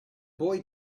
boy